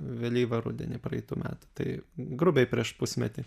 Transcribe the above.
vėlyvą rudenį praeitų metų tai grubiai prieš pusmetį